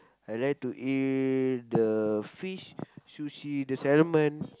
I like to eat the fish sushi the salmon